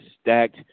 stacked